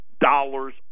dollars